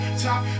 top